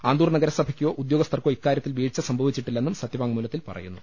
ആന്തൂർ നഗരസഭയ്ക്കോ ഉദ്യോഗസ്ഥർക്കോ ഇക്കാര്യത്തിൽ വീഴ്ച സംഭവിച്ചിട്ടില്ലെന്നും സത്യവാങ്മൂല ത്തിൽ പറയുന്നു